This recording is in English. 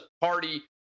party